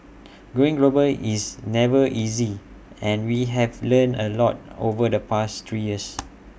going global is never easy and we have learned A lot over the past three years